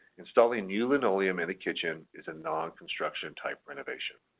installing new linoleum in the kitchen is a non-construction type renovation.